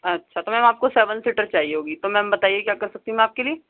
اچھا تو میم آپ کو سیون سیٹر چاہیے ہوگی تو میم بتائیے کیا کر سکتی ہوں میں آپ کے لئے